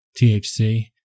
THC